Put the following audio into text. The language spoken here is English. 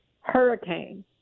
hurricane